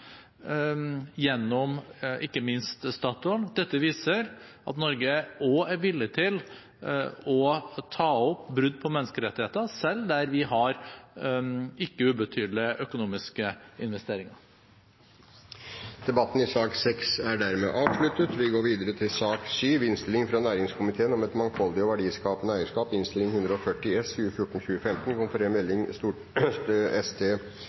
gjennom ikke minst Statoil. Dette viser at Norge er villig til å ta opp brudd på menneskerettighetene selv der vi har ikke ubetydelige økonomiske investeringer. Debatten i sak nr. 6 er dermed avsluttet. Etter ønske fra næringskomiteen vil presidenten foreslå at debatten blir begrenset til 1 time og